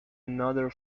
another